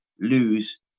lose